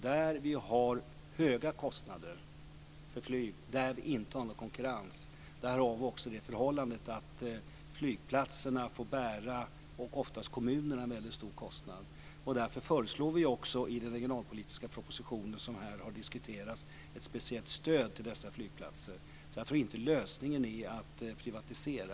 Där vi har höga kostnader, där vi inte har någon konkurrens, har vi också det förhållandet att flygplatserna, och oftast kommunerna, får bära en väldigt stor kostnad. Därför föreslår vi också i den regionalpolitiska proposition som här har diskuterats ett speciellt stöd till dessa flygplatser. Jag tror alltså inte att lösningen är att privatisera.